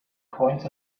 coins